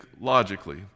logically